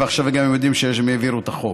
ועכשיו הם גם יודעים שהם העבירו את החוק.